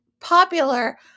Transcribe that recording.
popular